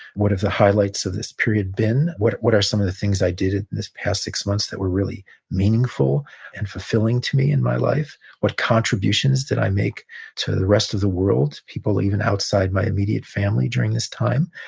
what have the highlights of this period been? what what are some of the things i did in this past six months that were really meaningful and fulfilling to me in my life? what contributions did i make to the rest of the world, people even outside my immediate family, during this time?